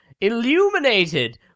illuminated